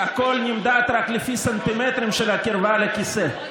אני חייב להגיד שאחרי ההצבעה היום,